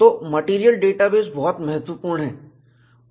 तो material database बहुत बहुत महत्वपूर्ण है